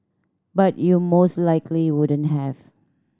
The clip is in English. but you most likely wouldn't have